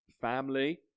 Family